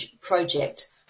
project